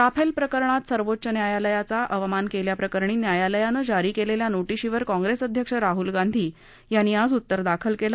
Rafale प्रकरणात सर्वोच्च न्यायालयाचा अवमान केल्याप्रकरणी न्यायालयानं जारी केलेल्या नोटिशीवर काँप्रेस अध्यक्ष राहूल गांधी यांनी आज उत्तर दाखल केलं